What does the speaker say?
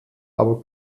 aber